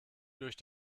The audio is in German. durch